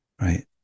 Right